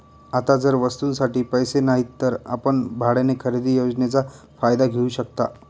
आता जर वस्तूंसाठी पैसे नाहीत तर आपण भाड्याने खरेदी योजनेचा फायदा घेऊ शकता